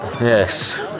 Yes